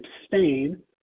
abstain